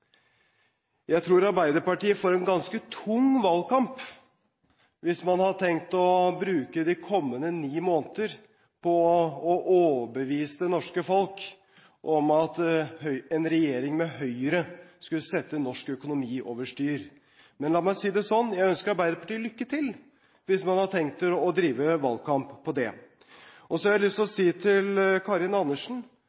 Jeg tror Arbeiderpartiet får en ganske tung valgkamp hvis man har tenkt å bruke de kommende ni måneder på å overbevise det norske folk om at en regjering med Høyre skulle sette norsk økonomi over styr. Men la meg si det slik: Jeg ønsker Arbeiderpartiet lykke til hvis man har tenkt å drive valgkamp på det. Så har jeg lyst til å